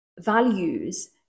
values